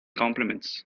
compliments